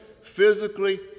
physically